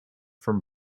from